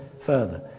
further